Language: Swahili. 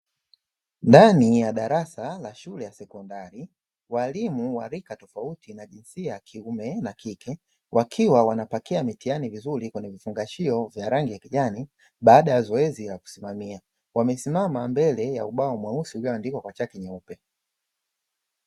Ndani ya darasa la shule ya sekondari walimu wa rika tofauti na jinsia ya kike na kiume, wakiwa wanapakia mitihani vizuri kwenye vifungashio vya rangi ya kijani baada ya zoezi la kusimamia, wamesimama mbele ya ubao mweusi ulioandikwa kwa chaki nyeupe.